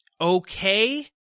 okay